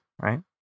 right